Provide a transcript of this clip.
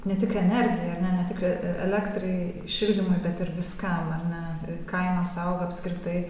ne tik netgi elektrai šildymui bet ir viską na ką sau apskritai